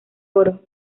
oro